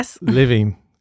living